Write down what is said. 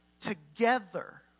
together